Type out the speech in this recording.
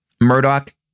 Murdoch